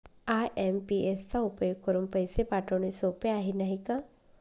IMPS चा उपयोग करुन पैसे पाठवणे सोपे आहे, नाही का